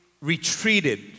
retreated